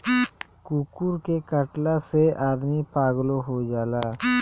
कुकूर के कटला से आदमी पागलो हो जाला